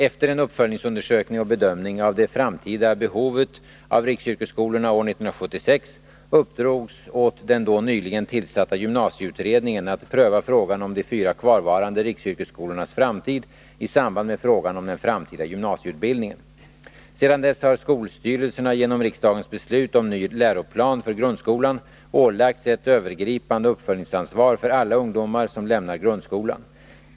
Efter en uppföljningsundersökning och bedömning av det framtida behovet av riksyrkesskolorna år 1976 uppdrogs åt den då nyligen tillsatta gymnasieutredningen att pröva frågan om de fyra kvarvarande riksyrkesskolornas framtid i samband med frågan om den framtida gymnasieutbildningen. Sedan dess har skolstyrelserna genom riksdagens beslut om ny läroplan för grundskolan ålagts ett övergripande uppföljningsansvar för alla ungdomar som lämnar grundskolan.